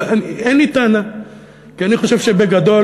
אבל אין לי טענה, כי אני חושב שבגדול,